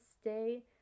stay